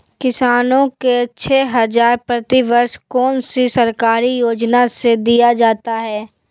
किसानों को छे हज़ार प्रति वर्ष कौन सी सरकारी योजना से दिया जाता है?